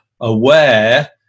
aware